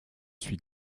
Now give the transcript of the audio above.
suis